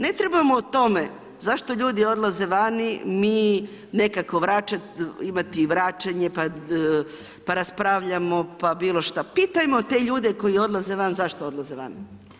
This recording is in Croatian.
Ne trebamo o tome zašto ljudi odlaze vani, imati i vraćanje pa raspravljamo pa bilo šta, pitajmo te ljude koji odlaze van zašto odlaze van.